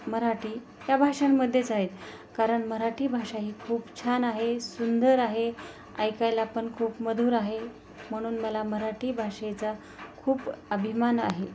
मराठी या भाषांमध्येच आहेत कारण मराठी भाषा ही खूप छान आहे सुंदर आहे ऐकायला पण खूप मधुर आहे म्हणून मला मराठी भाषेचा खूप अभिमान आहे